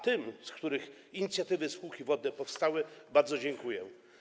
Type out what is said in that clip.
Tym, z których inicjatywy spółki wodne powstały, bardzo dziękuję.